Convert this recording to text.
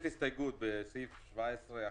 בבקשה, להוסיף הסתייגות אחרי סעיף 17ו. אפשר?